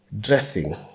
Dressing